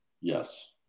Yes